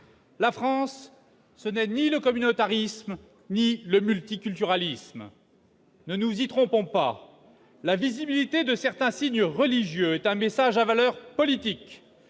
La France, ce n'est ni le communautarisme ni le multiculturalisme. Ne nous y trompons pas : la visibilité de certains signes religieux constitue un message à valeur politique,